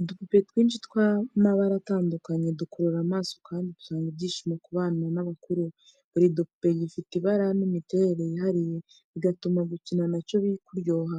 Udupupe twinshi tw’amabara atandukanye dukurura amaso kandi dutanga ibyishimo ku bana n’abakuru. Buri dupupe gifite ibara n’imiterere yihariye, bigatuma gukina nacyo kuryoha.